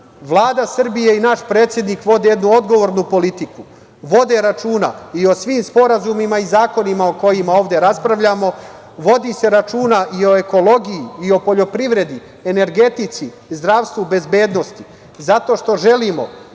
danas. Vlada Srbije i naš predsednik vode jednu odgovornu politiku, vode računa i o svim sporazumima i zakonima o kojima ovde raspravljamo. Vodi se računa i o ekologiji i o poljoprivredi, energetici, zdravstvu, bezbednosti zato što želim